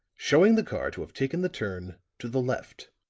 showing the car to have taken the turn to the left.